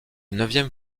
neuvième